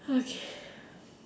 okay